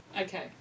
Okay